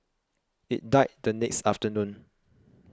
it died the next afternoon